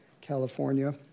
California